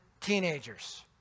teenagers